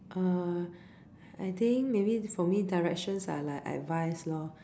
err I think maybe for me directions are like advice lor